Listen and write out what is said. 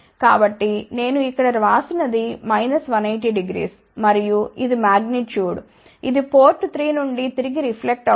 కాబట్టి నేను ఇక్కడ వ్రాసినది 1800 మరియు ఇది మాగ్నిట్యూడ్ ఇది పోర్ట్ 3 నుండి తిరిగి రిఫ్లెక్ట్ అవుతుంది